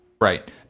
Right